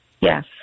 Yes